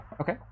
Okay